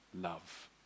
love